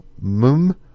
Mum